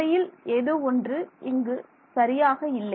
உண்மையில் ஏதோ ஒன்று இங்கு சரியாக இல்லை